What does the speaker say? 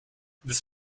this